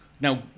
now